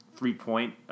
three-point